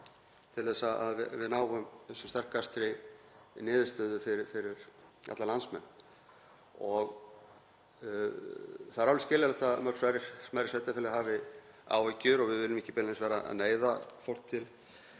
til þess að við náum sem sterkastri niðurstöðu fyrir alla landsmenn. Það er alveg skiljanlegt að mörg smærri sveitarfélög hafi áhyggjur og við viljum ekki beinlínis vera að neyða fólk til